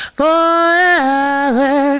forever